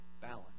balance